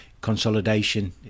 consolidation